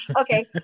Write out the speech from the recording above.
Okay